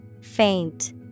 Faint